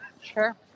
Sure